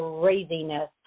craziness